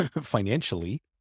financially